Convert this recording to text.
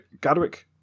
Gadwick